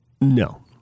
No